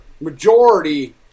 Majority